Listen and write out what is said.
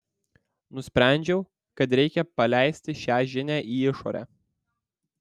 nusprendžiau kad reikia paleisti šią žinią į išorę